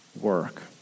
work